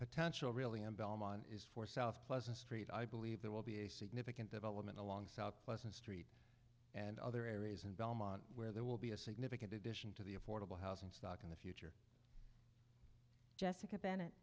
potential really in belmont is for south pleasant st i believe there will be a significant development along south pleasant street and other areas in belmont where there will be a significant addition to the affordable housing stock in the future jessica bennett